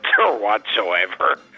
whatsoever